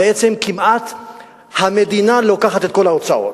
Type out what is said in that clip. בעצם המדינה לוקחת כמעט את כל ההוצאות.